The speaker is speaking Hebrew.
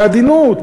בעדינות,